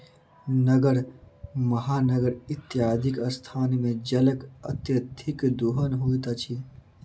नगर, महानगर इत्यादिक स्थान मे जलक अत्यधिक दोहन होइत अछि